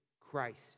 Christ